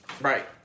right